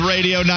Radio